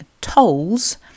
tolls